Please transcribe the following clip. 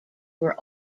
were